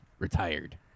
retired